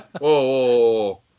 whoa